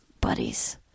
Buddies